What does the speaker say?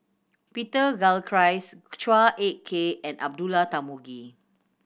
Peter Gilchrist Chua Ek Kay and Abdullah Tarmugi